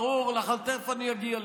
תכף אני אגיע לזה.